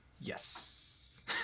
yes